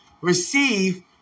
receive